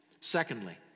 Secondly